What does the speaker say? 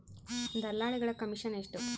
ದಲ್ಲಾಳಿಗಳ ಕಮಿಷನ್ ಎಷ್ಟು?